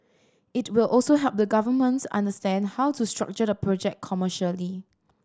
it will also help the governments understand how to structure the project commercially